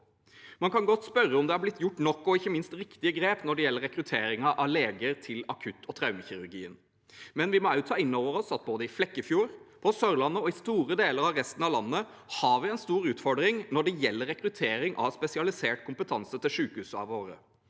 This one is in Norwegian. Man kan godt spørre om det er blitt gjort nok, og ikke minst om det er gjort riktige grep når det gjelder rekrutteringen av leger til akutt- og traumekirurgien. Vi må også ta inn over oss at både i Flekkefjord, på Sørlandet og i store deler av resten av landet har vi en stor utfordring når det gjelder rekruttering av spesialisert kompetanse til sykehusene våre.